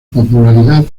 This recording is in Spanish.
popularidad